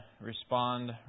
respond